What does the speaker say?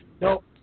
nope